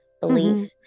belief